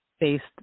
based